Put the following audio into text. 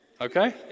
Okay